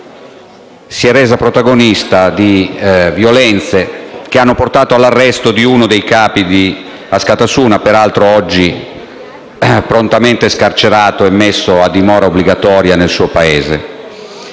si è reso protagonista di violenze che hanno portato all'arresto di uno dei *leader* del centro - peraltro oggi prontamente scarcerato e messo a dimora obbligatoria nel suo paese